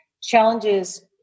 challenges